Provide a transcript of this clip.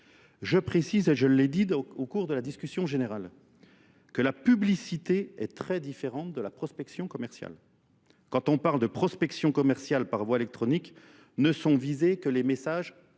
Je précise et je l'ai dit au cours de la discussion générale que la publicité est très différente de la prospection commerciale. Quand on parle de prospection commerciale par voie électronique, ne sont visés que les messages